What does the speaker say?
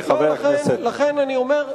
לכן אני אומר.